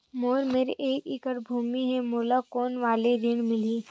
मोर मेर एक एकड़ भुमि हे मोला कोन वाला ऋण मिलही?